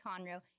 Conroe